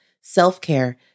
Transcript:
self-care